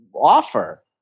offer